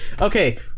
Okay